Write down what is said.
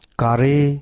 kari